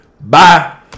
Bye